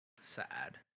Sad